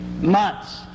months